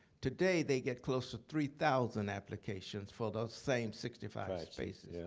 today, they get close to three thousand applications for those same sixty five spaces. yeah